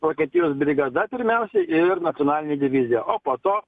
vokietijos brigada pirmiausia ir nacionalinė divizija o po to